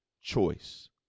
choice